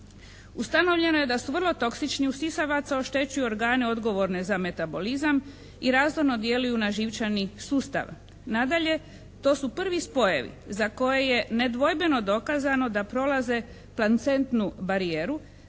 Ustanovljeno je da su vrlo toksični, u sisavaca oštećuju organe odgovorne za metabolizam i razorno djeluju na živčani sustav. Nadalje, to su prvi spojevi za koje je nedvojbeno dokazano da prolaze pancentnu barijeru